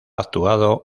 actuado